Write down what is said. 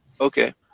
Okay